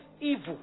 evil